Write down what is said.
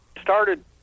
started